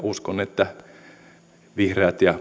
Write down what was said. uskon että vihreät ja